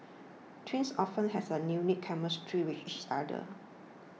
twins often has a unique chemistry with each other